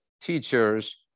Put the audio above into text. teachers